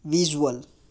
visual